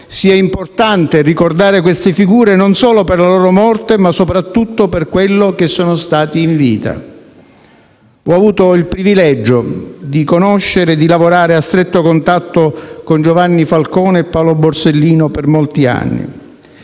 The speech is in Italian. sia importante ricordare queste figure non solo per la loro morte, ma soprattutto per quello che sono state in vita. Ho avuto il privilegio di conoscere e lavorare a stretto contatto con Giovanni Falcone e Paolo Borsellino per molti anni